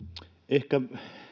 ehkä